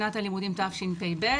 בשנת הלימודים תשפ"ב,